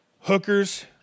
hookers